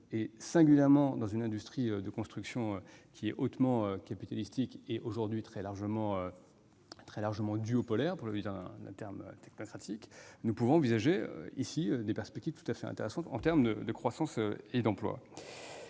telle aviation. Dans une industrie de construction hautement capitalistique et aujourd'hui très largement duopolaire, pour utiliser un terme technocratique, nous pouvons envisager des perspectives tout à fait intéressantes en termes de croissance et d'emplois.